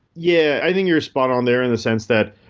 yeah. i think you're spot on there in the sense that,